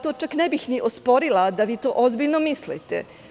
To čak ne bih ni osporila da vi to ozbiljno mislite.